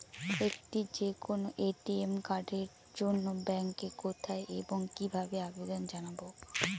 একটি যে কোনো এ.টি.এম কার্ডের জন্য ব্যাংকে কোথায় এবং কিভাবে আবেদন জানাব?